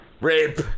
Rape